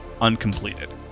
uncompleted